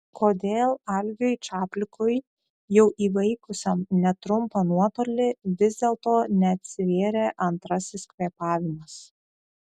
kodėl algiui čaplikui jau įveikusiam netrumpą nuotolį vis dėlto neatsivėrė antrasis kvėpavimas